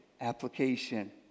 application